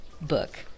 book